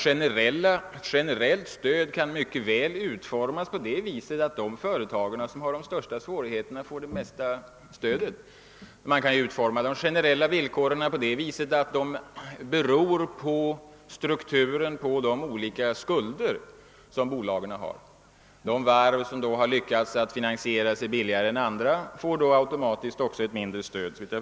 Generellt stöd kan mycket väl utformas så att de företag som har de största svårigheterna får det största stödet. Man kan utforma de generella villkoren så att stödets storlek blir beroende av strukturen på de olika skulder som bolagen har; de varv som lyckats finansiera sig billigare än andra får då automatiskt också ett mindre stöd.